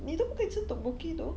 你都不可以吃 tteokbokki though